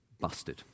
busted